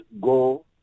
go